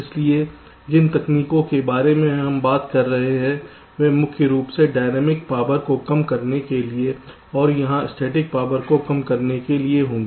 इसलिए जिन तकनीकों के बारे में हम बात कर रहे हैं वे मुख्य रूप से डायनेमिक पावर को कम करने के लिए और यहाँ स्थैतिक पावर को कम करने के लिए होंगी